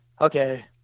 Okay